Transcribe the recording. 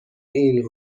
این